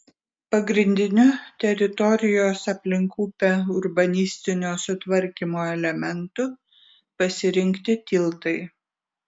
pagrindiniu teritorijos aplink upę urbanistinio sutvarkymo elementu pasirinkti tiltai